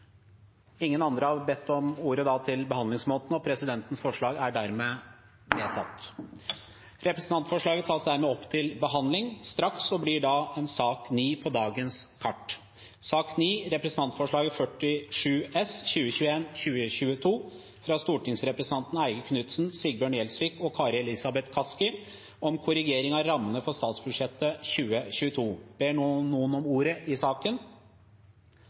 Ingen andre har bedt om ordet til behandlingsmåten, og presidentens forslag er dermed vedtatt. Representantforslaget tas dermed opp til behandling straks og blir da sak nr. 9 på dagens kart. Ingen har bedt om ordet.